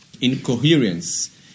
incoherence